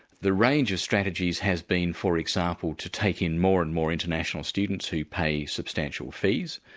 the range of strategies has been for example to take in more and more international students who pay substantial fees,